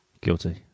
Guilty